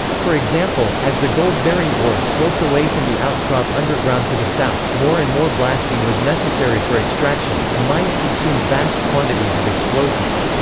for example as the gold-bearing ore sloped away from the outcrop underground to the south, more and more blasting was necessary for extraction, and mines consumed vast quantities of explosives.